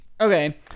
Okay